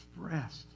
expressed